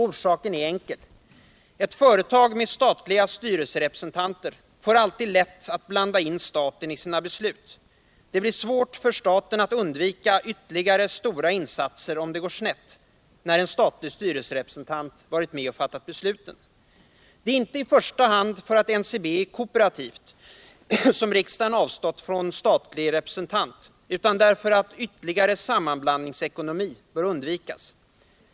Orsaken är enkel: ett företag med statliga styrelserepresentanter får alltid lätt att blanda in staten i sina beslut. Det blir svårt för staten att undvika ytterligare stora insatser om det går snett — när en statlig styrelserepresentant har varit med och fattat besluten. Det är inte i första hand för att NCB är kooperativt som riksdagen har avstått från en statlig representant, utan därför att ytterligare sammanblandningsekonomi bör undvikas.